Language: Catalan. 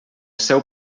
seu